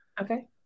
Okay